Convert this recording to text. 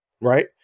Right